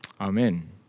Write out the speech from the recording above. Amen